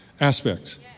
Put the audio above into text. aspects